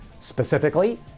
Specifically